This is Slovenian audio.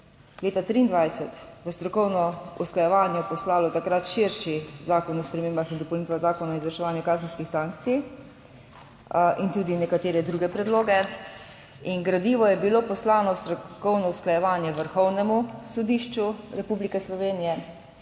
leta 2023 v strokovno usklajevanje poslalo takrat širši Zakon o spremembah in dopolnitvah Zakona o izvrševanju kazenskih sankcij in tudi nekatere druge predloge 19. TRAK (VI) 18.30 (nadaljevanje) in gradivo je bilo poslano v strokovno usklajevanje Vrhovnemu sodišču Republike Slovenije,